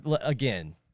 again